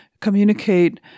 communicate